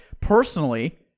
Personally